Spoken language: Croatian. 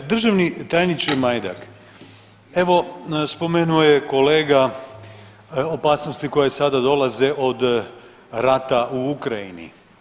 Državni tajniče Majdak evo spomenuo je kolega opasnosti koje sada dolaze od rata u Ukrajini.